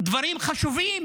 דברים חשובים